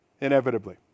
Inevitably